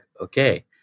okay